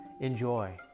Enjoy